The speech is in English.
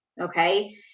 okay